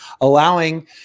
allowing